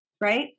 Right